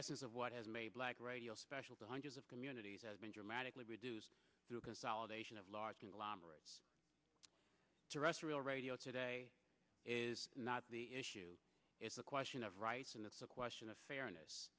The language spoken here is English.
essence of what has made black radio special to hundreds of communities has been dramatically reduced through consolidation of large conglomerates terrestrial radio today is not the issue it's a question of rights and it's a question of